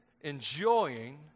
enjoying